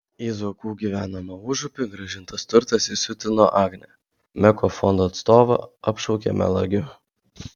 į zuokų gyvenamą užupį grąžintas turtas įsiutino agnę meko fondo atstovą apšaukė melagiu